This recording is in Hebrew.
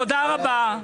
תודה רבה.